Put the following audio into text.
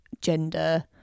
gender